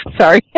Sorry